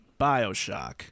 Bioshock